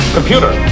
Computer